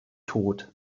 tot